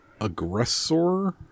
Aggressor